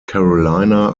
carolina